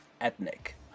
ethnic